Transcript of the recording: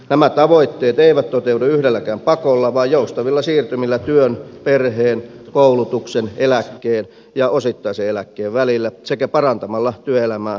nämä tavoitteet eivät toteudu yhdelläkään pakolla vaan joustavilla siirtymillä työn perheen koulutuksen eläkkeen ja osittaisen eläkkeen välillä sekä parantamalla työelämää kaikin tavoin